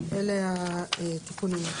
אלה התיקונים.